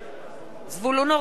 זבולון אורלב,